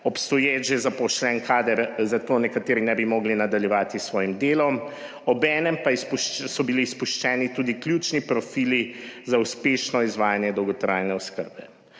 obstoječ že zaposlen kader, zato nekateri ne bi mogli nadaljevati s svojim delom, obenem pa so bili izpuščeni tudi ključni profili za uspešno izvajanje dolgotrajne oskrbe.